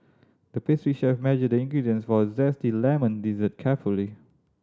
the pastry chef measured the ingredients was zesty lemon dessert carefully